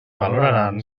valoraran